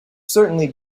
certainly